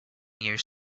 years